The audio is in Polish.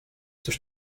coś